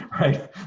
right